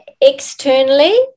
externally